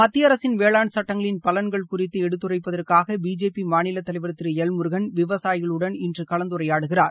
மத்திய அரசின் வேளாண் சட்டங்களின் பலன்கள் குறித்து எடுத்துரைப்பதற்காக பிஜேபி மாநில தலைவர் திரு எல் முருகன் விவசாயிகளுடன் இன்று கலந்துரையாடுகிறார்